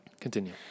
Continue